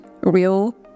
real